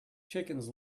chickens